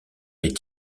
est